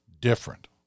different